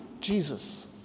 Jesus